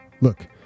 Look